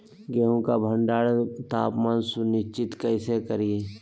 गेहूं का भंडारण का तापमान सुनिश्चित कैसे करिये?